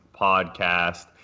podcast